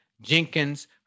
Jenkins